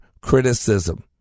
criticism